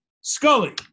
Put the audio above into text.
Scully